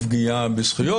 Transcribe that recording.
לפגיעה בזכויות.